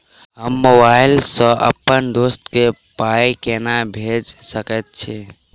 हम मोबाइल सअ अप्पन दोस्त केँ पाई केना भेजि सकैत छी?